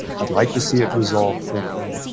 i'd like to see it resolved quickly,